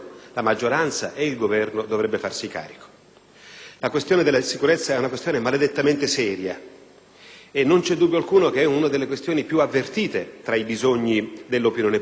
La questione della sicurezza è maledettamente seria e non c'è dubbio alcuno che è uno dei problemi più avvertiti tra i bisogni dell'opinione pubblica.